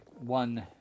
one